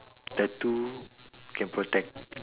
tattoo can protect